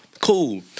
Cool